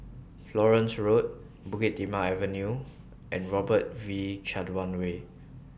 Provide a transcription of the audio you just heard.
Florence Road Bukit Timah Avenue and Robert V Chandran Way